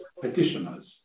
petitioners